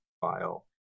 file